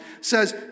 says